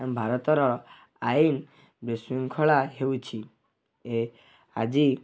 ଆମ ଭାରତର ଆଇନ ବିଶୃଙ୍ଖଳା ହେଉଛି ଏ ଆଜି